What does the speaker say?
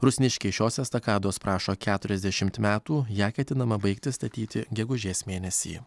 rusniškiai šios estakados prašo keturiasdešimt metų ją ketinama baigti statyti gegužės mėnesį